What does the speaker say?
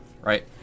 right